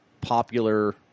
popular